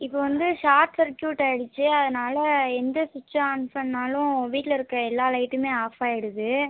இப்போ வந்து short circuit ஆகிடுச்சி அதனால் எந்த சுவிச்சை ஆன் பண்ணாலும் வீட்டில் இருக்க எல்லா லைட்டுமே ஆஃப் ஆகிடுது